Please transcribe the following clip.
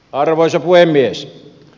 arvoisa puhemies